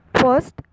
First